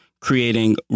creating